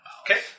Okay